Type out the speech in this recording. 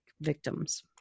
victims